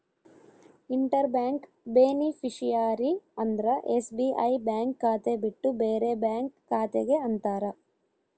inter bank beneficiary ಅಂದ್ರ SBI bank ಖಾತೆ ಬಿಟ್ಟು ಬೇರೆ ಬ್ಯಾಂಕ್ ಖಾತೆ ಗೆ ಅಂತಾರ